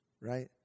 right